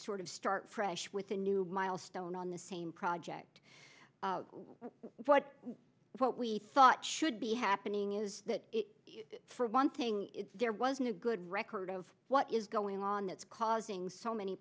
sort of start fresh with a new milestone on the same project what what we thought should be happening is that for one thing there wasn't a good record of what is going on that's causing so many